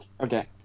Okay